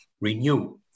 renew